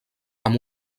amb